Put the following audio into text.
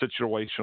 situational